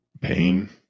pain